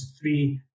three